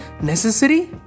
necessary